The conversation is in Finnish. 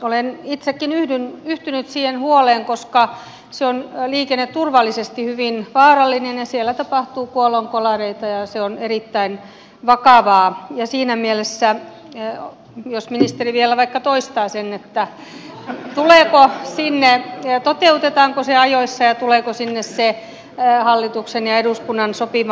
olen itsekin yhtynyt siihen huoleen koska se on liikenneturvallisesti hyvin vaarallinen ja siellä tapahtuu kuolonkolareita ja se on erittäin vakavaa ja siinä mielessä jos ministeri vielä vaikka toistaa sen toteutetaanko se ajoissa ja tuleeko sinne se hallituksen ja eduskunnan sopima määräraha